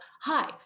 hi